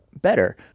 better